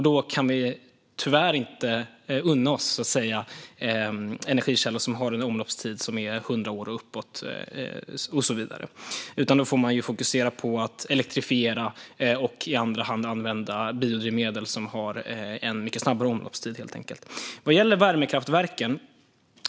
Då kan vi tyvärr inte unna oss, så att säga, energikällor som har en omloppstid på 100 år och uppåt och så vidare, utan då får vi fokusera på att elektrifiera och i andra hand använda biodrivmedel som har en snabbare omloppstid. Sedan var det frågan om värmekraftverken.